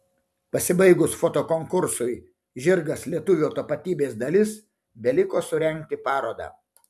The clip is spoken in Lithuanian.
pasibaigus fotokonkursui žirgas lietuvio tapatybės dalis beliko surengti parodą